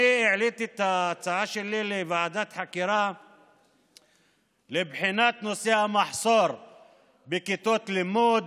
אני העליתי את ההצעה שלי לוועדת חקירה לבחינת נושא המחסור בכיתות לימוד.